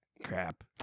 crap